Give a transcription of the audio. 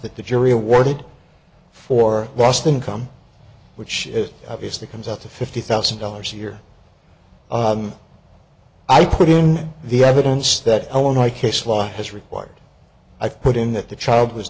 that the jury awarded for lost income which is obviously comes out to fifty thousand dollars a year i put in the evidence that i want my case law has required i put in that the child was